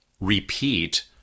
repeat